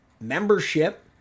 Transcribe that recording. membership